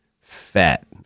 Fat